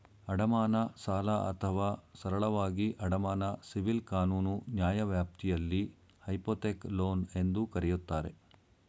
ಅಡಮಾನ ಸಾಲ ಅಥವಾ ಸರಳವಾಗಿ ಅಡಮಾನ ಸಿವಿಲ್ ಕಾನೂನು ನ್ಯಾಯವ್ಯಾಪ್ತಿಯಲ್ಲಿ ಹೈಪೋಥೆಕ್ ಲೋನ್ ಎಂದೂ ಕರೆಯುತ್ತಾರೆ